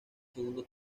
segundo